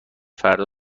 فردا